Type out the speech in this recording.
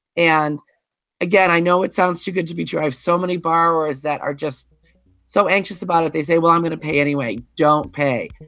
and again, i know it sounds too good to be true. i have so many borrowers that are just so anxious about it. they say, well, i'm going to pay anyway. don't pay.